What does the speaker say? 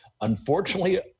Unfortunately